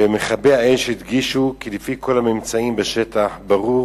ומכבי-האש הדגישו כי לפי כל הממצאים בשטח ברור